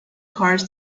cars